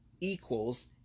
equals